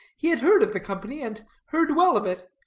he had heard of the company, and heard well of it,